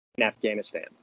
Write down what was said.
Afghanistan